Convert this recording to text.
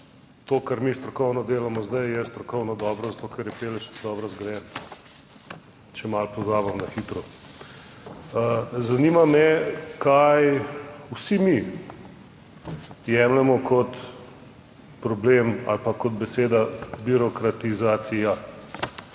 to, kar mi strokovno delamo zdaj je strokovno dobro, zato ker je Pelješac dobro zgrajen, če malo pozabim na hitro. Zanima me, kaj vsi mi jemljemo kot problem ali pa kot beseda birokratizacija,